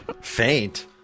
Faint